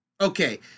Okay